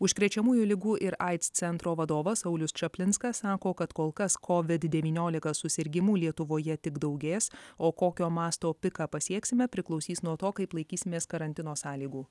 užkrečiamųjų ligų ir aids centro vadovas saulius čaplinskas sako kad kol kas covid devyniolika susirgimų lietuvoje tik daugės o kokio masto piką pasieksime priklausys nuo to kaip laikysimės karantino sąlygų